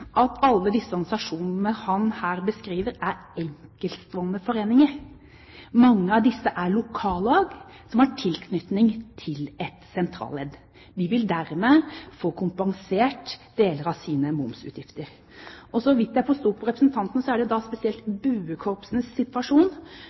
at alle disse organisasjonene han her beskriver, er enkeltstående foreninger. Mange av disse er lokallag som har tilknytning til et sentralledd. De vil dermed få kompensert deler av sine momsutgifter. Og så vidt jeg forsto på representanten, er det spesielt